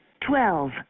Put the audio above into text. Twelve